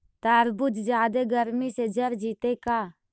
तारबुज जादे गर्मी से जर जितै का?